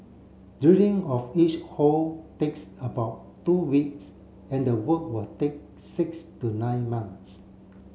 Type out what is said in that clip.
drilling of each hole takes about two weeks and the work will take six to nine months